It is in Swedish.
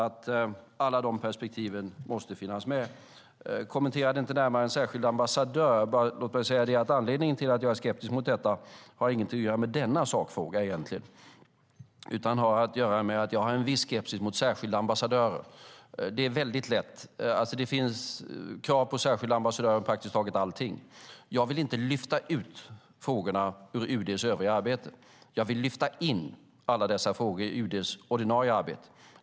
Alla de perspektiven måste finnas med. Jag kommenterade inte närmare en särskild ambassadör. Anledningen till att jag är skeptisk mot detta har egentligen inte att göra med denna sakfråga, utan det har att göra med att jag har en viss skepsis mot särskilda ambassadörer. Det finns krav på särskilda ambassadörer för praktiskt taget allting. Jag vill inte lyfta ut frågorna ur UD:s övriga arbete, utan jag vill lyfta in alla dessa frågor i UD:s ordinarie arbete.